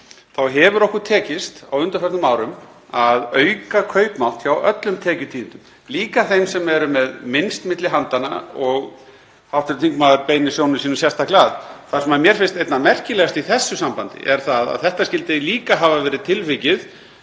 Þá hefur okkur tekist á undanförnum árum að auka kaupmátt hjá öllum tekjutíundum, líka þeim sem eru með minnst milli handanna og hv. þingmaður beinir sjónum sínum sérstaklega að. Það sem mér finnst einna merkilegast í þessu sambandi er það að þetta skyldi líka hafa verið tilvikið